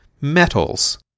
Metals